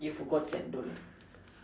you forgot chendol